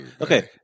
Okay